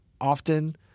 often